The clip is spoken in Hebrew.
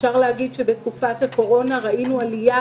אפשר להגיד שבתקופת הקורונה ראינו עלייה